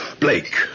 blake